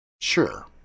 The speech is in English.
sure